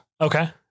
Okay